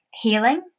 healing